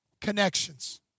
Connections